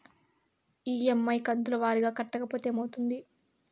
EMI కంతుల వారీగా కట్టకపోతే ఏమవుతుంది?